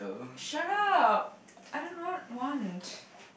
shut up I don't wrote one